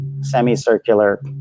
semicircular